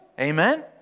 Amen